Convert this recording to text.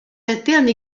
internes